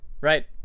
right